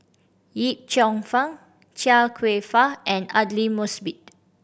Yip Cheong Fun Chia Kwek Fah and Aidli Mosbit